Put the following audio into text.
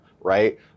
right